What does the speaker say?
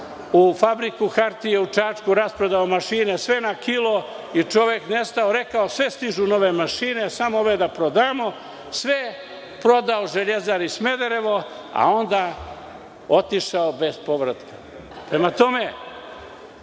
u Fabriku hartija u Čačku, rasprodao mašine sve na kilo i nestao. Rekao im je – sve stižu nove mašine, samo ove da prodamo. Sve je prodao „Železari Smederevo“, a onda otišao bez povratka. Znate